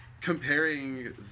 Comparing